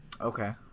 Okay